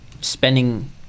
spending